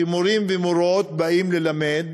שמורים ומורות באים ללמד